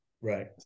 right